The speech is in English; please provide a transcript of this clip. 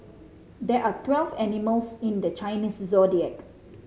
there are twelve animals in the Chinese Zodiac